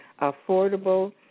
affordable